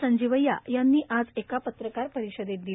संजीवय्या यांनी आज एका पत्रकार परिषदप्र दिली